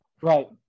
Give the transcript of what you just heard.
Right